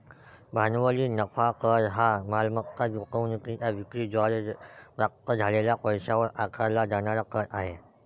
भांडवली नफा कर हा मालमत्ता गुंतवणूकीच्या विक्री द्वारे प्राप्त झालेल्या पैशावर आकारला जाणारा कर आहे